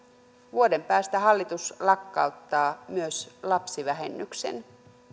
vuoden päästä hallitus lakkauttaa myös lapsivähennyksen